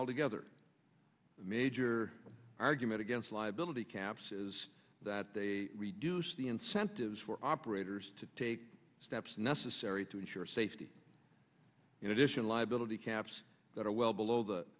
altogether the major argument against liability caps is that they reduce the incentives for operators to take steps necessary to ensure safety in addition liability caps that are well below the